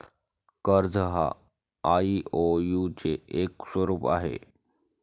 कर्ज हा आई.ओ.यु चे एक स्वरूप आहे